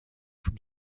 from